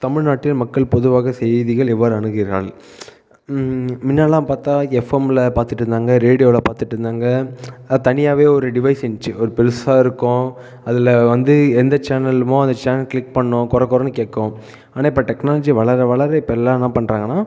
தமிழ்நாட்டில் மக்கள் பொதுவாக செய்திகள் எவ்வாறு அணுகிறார்கள் முன்னலாம் பார்த்தா எஃப்எம்மில் பார்த்துட்டுருந்தாங்க ரேடியோவில் பார்த்துட்டுருந்தாங்க தனியாகவே ஒரு டிவைஸ் இருந்துச்சு ஒரு பெரிசா இருக்கும் அதில் வந்து எந்த சேனல்மோ அந்த சேனல் கிளிக் பண்ணணும் கொரகொரனு கேட்கும் ஆனால் இப்போ டெக்னாலஜி வளர வளர இப்போ எல்லாம் என்ன பண்ணுறாங்கனா